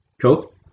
Cool